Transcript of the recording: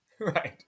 Right